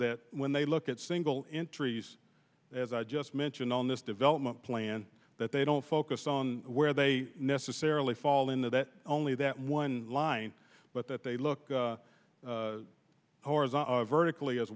that when they look at single injuries as i just mentioned on this development plan that they don't focus on where they necessarily fall in that only that one line but that they look vertically as